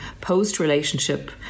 post-relationship